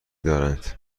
دارند